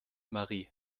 marie